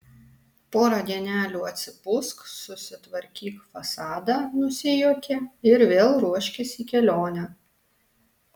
porą dienelių atsipūsk susitvarkyk fasadą nusijuokė ir vėl ruoškis į kelionę